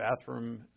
bathroom